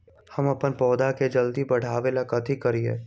हम अपन पौधा के जल्दी बाढ़आवेला कथि करिए?